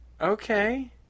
Okay